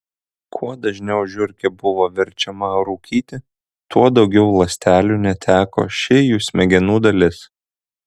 kuo dažniau žiurkė buvo verčiama rūkyti tuo daugiau ląstelių neteko ši jų smegenų dalis